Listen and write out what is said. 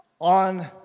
on